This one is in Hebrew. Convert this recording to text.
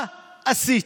מה עשיתם?